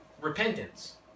repentance